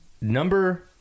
Number